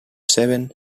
seven